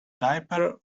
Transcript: diaper